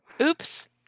Oops